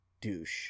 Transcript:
douche